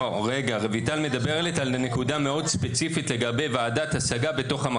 רויטל מדברת על נקודה מאוד ספציפית לגבי ועדת השגה בתוך המחוז החרדי.